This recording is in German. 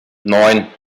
neun